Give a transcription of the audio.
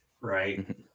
Right